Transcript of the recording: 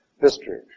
history